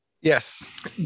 yes